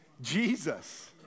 Jesus